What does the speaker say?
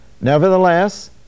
Nevertheless